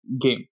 game